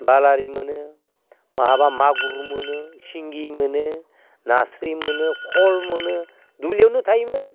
बालारि मोनो माहाबा मागुर मोनो सिंगि मोनो नास्रि मोनो खल मोनो दुब्लियावनो थायोमोन